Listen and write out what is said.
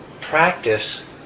practice